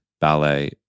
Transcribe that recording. ballet